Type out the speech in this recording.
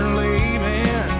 leaving